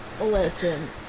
Listen